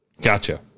gotcha